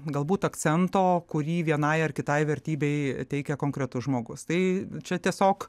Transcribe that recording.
galbūt akcento kurį vienai ar kitai vertybei teikia konkretus žmogus tai čia tiesiog